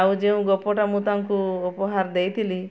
ଆଉ ଯେଉଁ ଗପଟା ମୁଁ ତାଙ୍କୁ ଉପହାର ଦେଇଥିଲି